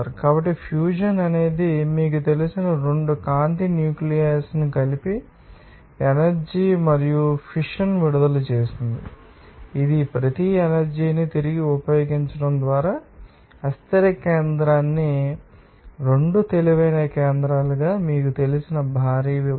కాబట్టి ఫ్యూజన్ అనేది మీకు తెలిసిన 2 కాంతి న్యూక్లియైస్ను కలిపి ఎనర్జీ మరియు ఫిషన్ విడుదల చేస్తుంది ఇది ప్రతి ఎనర్జీ ని తిరిగి ఉపయోగించడం ద్వారా అస్థిర కేంద్రకాన్ని 2 తేలికైన కేంద్రకాలుగా మీకు తెలిసిన భారీ విభజన